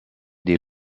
des